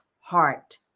heart